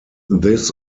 this